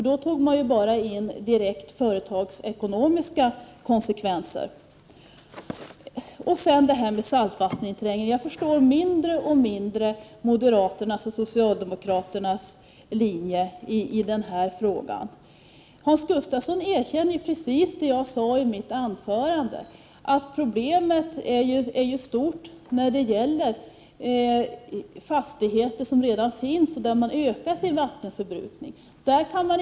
Då tog man bara in direkt företagsekonomiska konsekvenser. Sedan har vi detta med saltvatteninträngningen. Jag förstår mindre och mindre moderaternas och socialdemokraternas linje i den här frågan. Hans Gustafsson erkänner precis det jag sade i mitt anförande, nämligen att problemet är stort när det gäller fastigheter som redan finns och där vattenförbrukningen ökas.